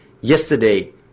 Yesterday